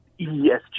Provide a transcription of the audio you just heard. ESG